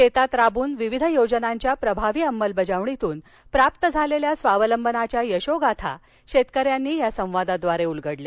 शेतात राबून विविध योजनांच्या प्रभावी अंमलबजावणीतून प्राप्त झालेल्या स्वावलंबनाच्या यशोगाथा शेतकऱ्यांनी या संवादातून उलगडल्या